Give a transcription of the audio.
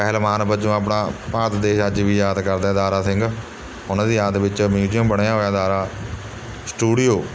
ਪਹਿਲਵਾਨ ਵਜੋਂ ਆਪਣਾ ਭਾਰਤ ਦੇਸ਼ ਅੱਜ ਵੀ ਯਾਦ ਕਰਦਾ ਦਾਰਾ ਸਿੰਘ ਉਹਨਾਂ ਦੀ ਯਾਦ ਵਿੱਚ ਮਿਊਜਿਅਮ ਬਣਿਆ ਹੋਇਆ ਦਾਰਾ ਸਟੂਡੀਓ